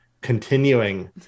continuing